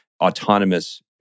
autonomous